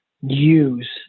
use